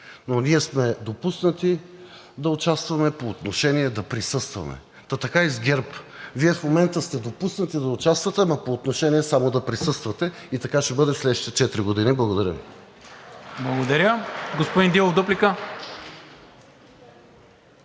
но ние сме допуснати да участваме по отношение да присъстваме.“ Та така и с ГЕРБ – Вие в момента сте допуснати да участвате, ама по отношение само да присъствате и така ще бъде в следващите четири години. Благодаря